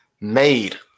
made